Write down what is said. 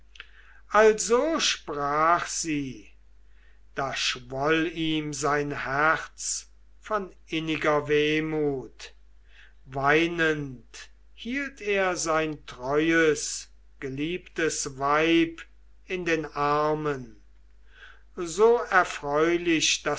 also sprach sie da schwoll ihm sein herz von inniger wehmut weinend hielt er sein treues geliebtes weib in den armen so erfreulich